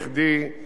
כי היא מאוד מורכבת.